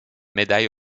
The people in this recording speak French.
médaille